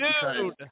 Dude